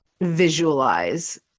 visualize